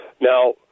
Now